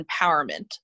empowerment